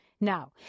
Now